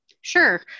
Sure